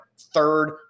third